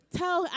tell